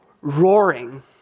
roaring